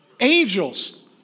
Angels